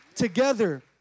together